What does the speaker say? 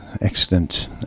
excellent